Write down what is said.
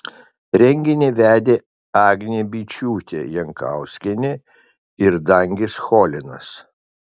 renginį vedė agnė byčiūtė jankauskienė ir dangis cholinas